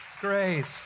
grace